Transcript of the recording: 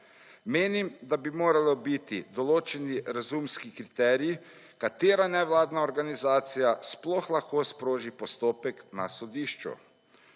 Menim, da bi moralo biti določeni razumski kriteriji, katera nevladna organizacija sploh lahko sproži postopek na sodišču.